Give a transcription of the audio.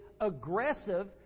aggressive